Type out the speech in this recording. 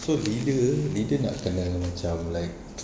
so leader leader nak kena macam like